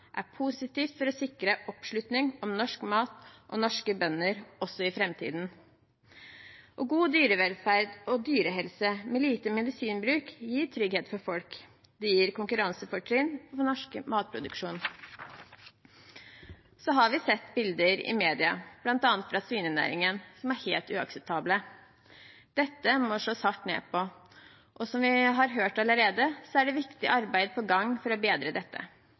er positivt for å sikre oppslutning om norsk mat og norske bønder også i framtiden. God dyrevelferd og dyrehelse med lite medisinbruk gir trygghet for folk, og det gir konkurransefortrinn for norsk matproduksjon. Så har vi sett bilder i media, bl.a. fra svinenæringen, som er helt uakseptable. Dette må slås hardt ned på. Som vi har hørt allerede, er det viktig arbeid på gang for å bedre dette.